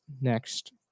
next